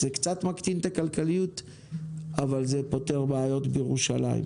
זה קצת מקטין את הכלכליות אבל זה פותר בעיות בירושלים.